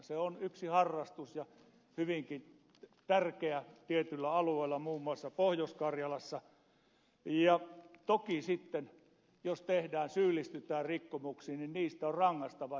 se on yksi harrastus ja hyvinkin tärkeä tietyillä alueilla muun muassa pohjois karjalassa ja toki sitten jos syyllistytään rikkomuksiin niistä on rangaistava